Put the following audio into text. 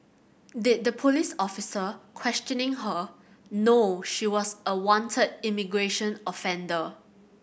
did the police officer questioning her know she was a wanted immigration offender